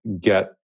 get